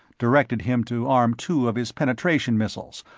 directed him to arm two of his penetration missiles,